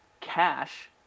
Cash